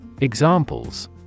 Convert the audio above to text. Examples